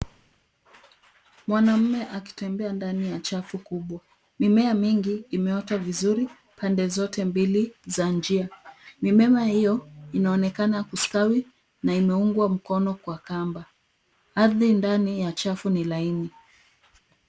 Mwanamume akitembea ndani ya chafu kubwa. Mimea mingi imeota vizuri pande zote mbili za njia. Mimea hiyo inaonekana kustawi na imeungwa mkono kwa kamba. Ardhi ndani ya chafu ni laini.